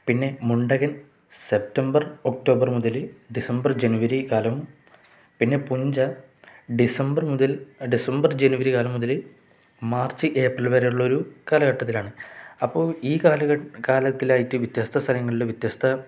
പിന്നെ മുണ്ടകൻ September October മുതൽ ഡിസംബർ ജനുവരി കാലം പിന്നെ പുഞ്ച ഡിസംബർ മുതൽ ഡിസംബർ ജനുവരി കാലം മുതൽ മാർച്ച് ഏപ്രിൽ വരെയുള്ള ഒരു കാലഘട്ടത്തിലാണ് അപ്പോൾ ഈ കാലത്തിലായിട്ട് വ്യത്യസ്ത സ്ഥലങ്ങളിൽ വ്യത്യസ്ത